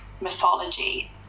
mythology